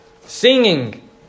singing